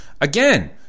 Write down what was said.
again